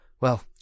Well